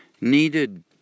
Needed